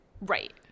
Right